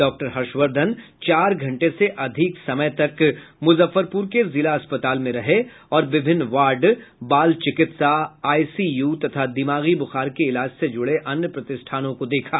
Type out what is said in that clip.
doctor Harshvardhan चार घंटे से अधिक समय तक मुजफ्फरपूर के जिला अस्पताल में रहे और विभिन्न वार्ड बाल चिकित्सा आईसीयू तथा दिमागी बुखार के इलाज से जुड़े अन्य प्रतिष्ठानों को देखा